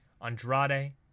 Andrade